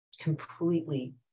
completely